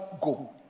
go